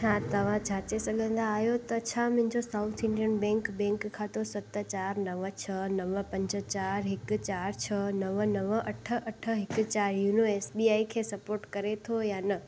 छा तव्हां जाचे सघंदा आहियो त छा मुंहिंजो साउथ इंडियन बैंक बैंक खातो सत चारि नव छह नव पंज चारि हिकु चारि छह नव नव अठ अठ हिकु चारि योनो एस बी आई खे सपोर्ट करे थो या न